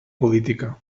política